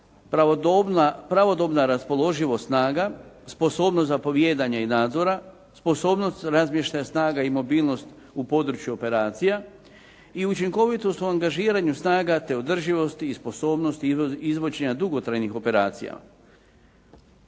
pravodobna raspoloživost snaga, sposobnost zapovijedanja i nadzora, sposobnost razmještaja snaga i mobilnost u području operacija i učinkovitost u angažiranju snaga te održivosti i sposobnosti izvođenja dugotrajnih operacija.